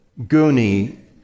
Guni